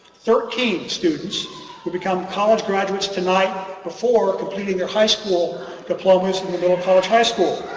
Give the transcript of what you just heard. thirteen students become college graduates tonight before completing their high school diplomas from the middle college high school.